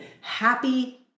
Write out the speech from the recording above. happy